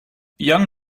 young